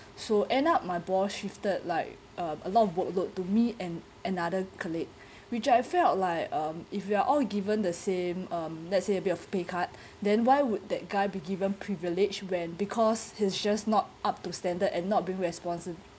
so end up my boss shifted like a lot of work load to me and another colleague which I felt like um if you are all given the same um let's say a bit of pay cut then why would that guy be given privilege when because he's just not up to standard and not being responsive